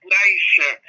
nation